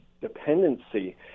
dependency